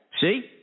See